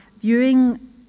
viewing